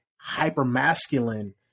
hyper-masculine